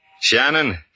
Shannon